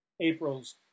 april's